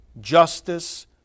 justice